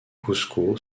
cuzco